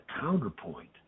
counterpoint